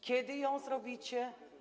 Kiedy ją zrobicie?